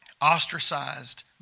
ostracized